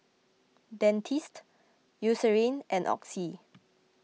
Dentiste Eucerin and Oxy